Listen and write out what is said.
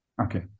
Okay